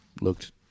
looked